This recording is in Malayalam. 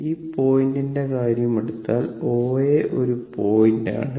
ഈ പോയിന്റിന്റെ കാര്യം എടുത്താൽ OA ഒരു പോയിന്റ് ആണ്